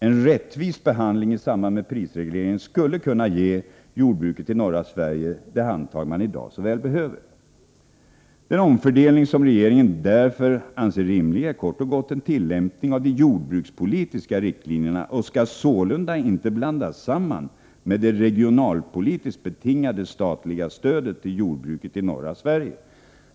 En rättvis behandling i samband med prisregleringen skulle kunna ge jordbruket i norra Sverige det handtag man i dag såväl behöver. Den omfördelning som regeringen anser rimlig är därför kort och gott en tillämpning av de jordbrukspolitiska riktlinjerna och skall sålunda inte blandas samman med det regionalpolitiskt betingade statliga stödet till jordbruket i norra Sverige.